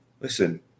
Listen